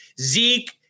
Zeke